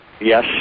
Yes